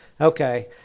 Okay